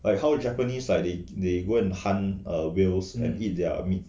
like how japanese like they they go and hunt err whales and eat their meat